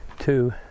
two